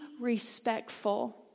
respectful